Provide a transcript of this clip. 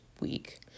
week